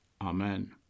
amen